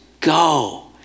go